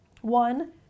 one